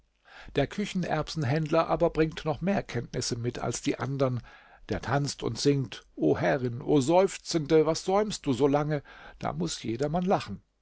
der küchenerbsenhändler aber bringt noch mehr kenntnisse mit als die andern der tanzt und singt o herrin o seufzende was säumst du so lange da muß jedermann lachen